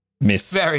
Miss